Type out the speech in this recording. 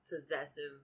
possessive